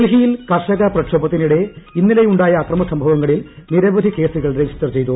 ഡൽഹിയിൽ കർഷ്ക പ്രക്ഷോഭത്തിനിടെ ഇന്നലെ ഉണ്ടായ ന് അക്രമ സംഭവങ്ങളിൽ നിരവധി കേസുകൾ രജിസ്റ്റർ ചെയ്തു